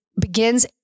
begins